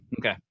Okay